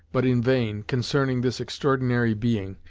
but in vain, concerning this extraordinary being,